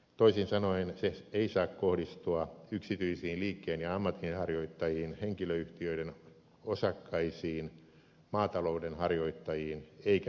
toisin sanoen se ei saa kohdistua yksityisiin liikkeen ja ammatinharjoittajiin henkilöyhtiöiden osakkaisiin maatalouden harjoittajiin eikä metsätalouden harjoittajiin